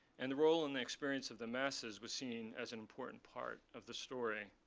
and the role and the experience of the masses was seen as an important part of the story.